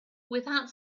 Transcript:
without